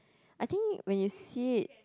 I think when you see it